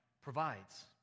provides